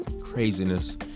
craziness